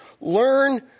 Learn